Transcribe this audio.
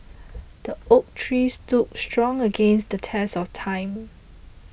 the oak tree stood strong against the test of time